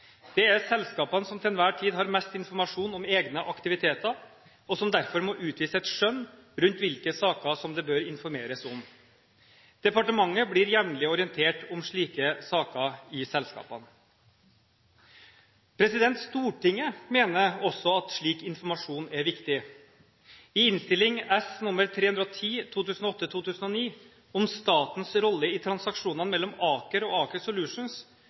Det er selskapene som til enhver tid har mest informasjon om egne aktiviteter, og som derfor må utvise et skjønn rundt hvilke saker som det bør informeres om. Departementet blir jevnlig orientert om slike saker i selskapene. Stortinget mener også at slik informasjon er viktig. I Innst. S. nr. 310 for 2008–2009 om statens rolle i transaksjonene mellom Aker og Aker Solutions uttaler en enstemmig kontroll- og